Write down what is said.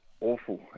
awful